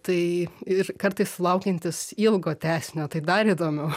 tai ir kartais sulaukiantys ilgo tęsinio tai dar įdomiau